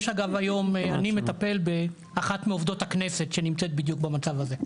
אני מטפל באחת מעובדות הכנסת שנמצאת בדיוק במצב הזה.